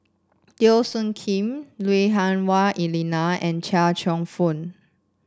Teo Soon Kim Lui Hah Wah Elena and Chia Cheong Fook